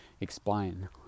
explain